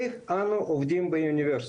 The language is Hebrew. איך אנחנו עובדים באוניברסיטה?